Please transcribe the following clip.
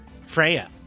Freya